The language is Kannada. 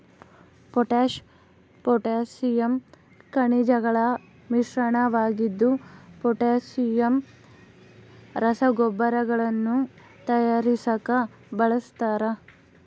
ಪೊಟ್ಯಾಶ್ ಪೊಟ್ಯಾಸಿಯಮ್ ಖನಿಜಗಳ ಮಿಶ್ರಣವಾಗಿದ್ದು ಪೊಟ್ಯಾಸಿಯಮ್ ರಸಗೊಬ್ಬರಗಳನ್ನು ತಯಾರಿಸಾಕ ಬಳಸ್ತಾರ